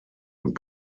und